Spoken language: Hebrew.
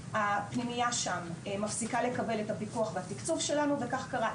הפנימייה שם מפסיקה לקבל את הפיקוח והתקצוב שלנו וכך קרה,